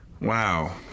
Wow